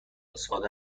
ساده